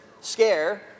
scare